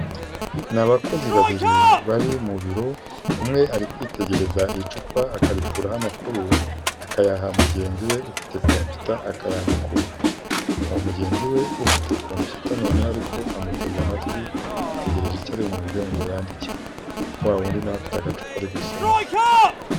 Ni abakozi babiri bari mu biro, umwe ari kwitegereza icupa akarikuraho amakuru akayaha mugenzi we ufite computer akayandukura, uwo mugenzi we ufite computer noneho ariko amuteze amatwi, ategereje icyo ari bumubwiye ngo yandike, wa wundi na we afite agacupa ari gusoma.